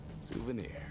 souvenir